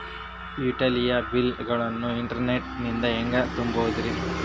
Utility bill ಗಳನ್ನ internet ನಿಂದ ಹೆಂಗ್ ತುಂಬೋದುರಿ?